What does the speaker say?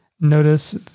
Notice